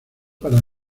para